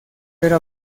pero